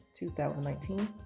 2019